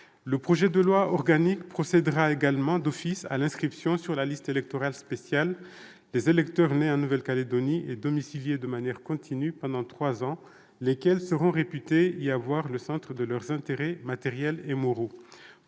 au droit commun. Il permettra également de procéder à l'inscription d'office sur la liste électorale spéciale des électeurs nés en Nouvelle-Calédonie et domiciliés de manière continue pendant trois ans, lesquels seront réputés y avoir le centre de leurs intérêts matériels et moraux.